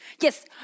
Yes